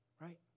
right